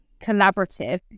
collaborative